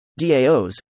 DAOs